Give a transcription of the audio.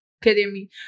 Academy